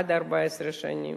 עד 14 שנים,